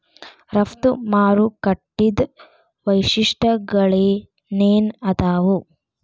ರಫ್ತು ಮಾರುಕಟ್ಟಿದ್ ವೈಶಿಷ್ಟ್ಯಗಳೇನೇನ್ ಆದಾವು?